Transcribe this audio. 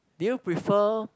do you prefer